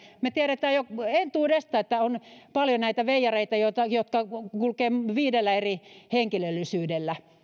me tiedämme jo entuudestaan että on paljon näitä veijareita jotka kulkevat viidellä eri henkilöllisyydellä